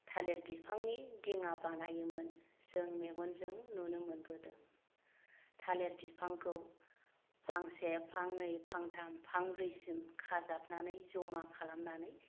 थालिर बिफांनि दिङा बानायोमोन जों मेगनजों नुनो मोनबोदों थालिर बिफांखौ फांसे फांनै फांथाम फांब्रैसिम खाजाबनानै जमा खालामनानै